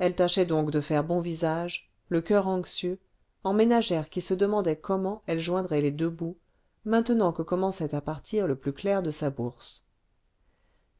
elle tâchait donc de faire bon visage le coeur anxieux en ménagère qui se demandait comment elle joindrait les deux bouts maintenant que commençait à partir le plus clair de sa bourse